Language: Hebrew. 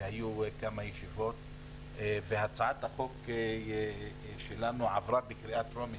והיו כמה ישיבות והצעת החוק שלנו עברה בקריאה טרומית,